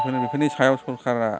बेफोरनि सायाव सरखारा